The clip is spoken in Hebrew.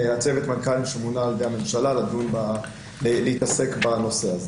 צוות המנכ"לים שמונה על ידי הממשלה להתעסק בנושא הזה